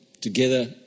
together